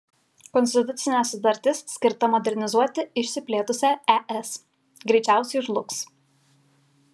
konstitucinė sutartis skirta modernizuoti išsiplėtusią es greičiausiai žlugs